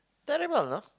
terrible you know